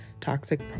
toxic